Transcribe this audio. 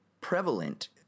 prevalent